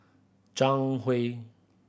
Zhang Hui